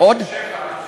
עוד ב-2007,